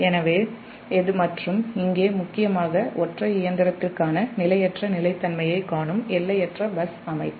எனவேஇங்கே முக்கியமாக ஒற்றை இயந்திரத்திற்கான நிலையற்ற நிலைத்தன்மையைக் காணும் எல்லையற்ற பஸ் அமைப்பு